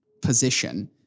position